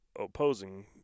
opposing